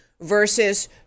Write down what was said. versus